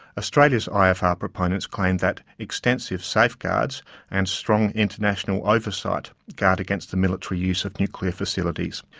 australia's ifr proponents claim that extensive safeguards and strong international oversight guard against the military use of nuclear facilities.